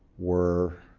were